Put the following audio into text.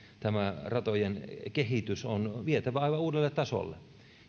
ratojen kehitys on vietävä aivan uudelle tasolle